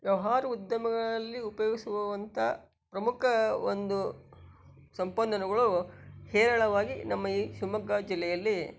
ವ್ಯವ್ಹಾರ ಉದ್ಯಮಗಳಲ್ಲಿ ಉಪಯೋಗಿಸುವಂಥ ಪ್ರಮುಖ ಒಂದು ಸಂಪನ್ನಗಳು ಹೇರಳವಾಗಿ ನಮ್ಮ ಈ ಶಿವಮೊಗ್ಗ ಜಿಲ್ಲೆಯಲ್ಲಿ